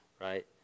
right